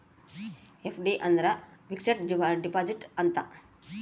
FD ಅಂದ್ರ fixed deposit ಅಂತ